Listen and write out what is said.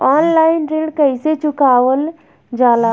Online ऋण कईसे चुकावल जाला?